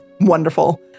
wonderful